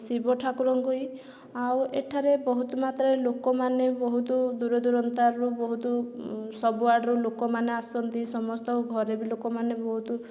ଶିବ ଠାକୁରଙ୍କୁ ଇ ଆଉ ଏଠାରେ ବହୁତ ମାତ୍ରାରେ ଲୋକମାନେ ବହୁତ ଦୂରଦୂରାନ୍ତରୁ ବହୁତ ସବୁଆଡ଼ରୁ ଲୋକମାନେ ଆସନ୍ତି ସମସ୍ତଙ୍କ ଘରେ ବି ଲୋକମାନେ ବହୁତ